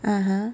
(uh huh)